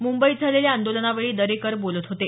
मुंबईत झालेल्या आंदोलनावेळी दरेकर बोलत होते